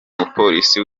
mupolisi